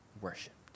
worshipped